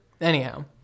anyhow